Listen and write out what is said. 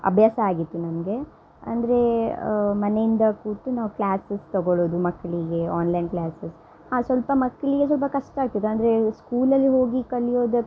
ಅಭ್ಯಾಸ ಆಗಿತ್ತು ನಮಗೆ ಅಂದರೆ ಮನೆಯಿಂದ ಕೂತು ನಾವು ಕ್ಲಾಸಸ್ ತಗೊಳ್ಳೋದು ಮಕ್ಕಳಿಗೆ ಆನ್ಲೈನ್ ಕ್ಲಾಸಸ್ ಹಾಂ ಸ್ವಲ್ಪ ಮಕ್ಳಿಗೆ ಸ್ವಲ್ಪ ಕಷ್ಟ ಆಗ್ತದೆ ಅಂದರೆ ಸ್ಕೂಲಲ್ಲಿ ಹೋಗಿ ಕಲಿಯೋದ